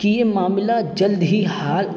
کہ یہ معاملہ جلد ہی حال